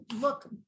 look